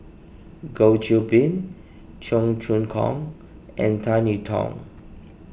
Goh Qiu Bin Cheong Choong Kong and Tan I Tong